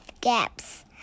gaps